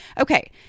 Okay